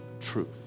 truth